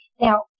Now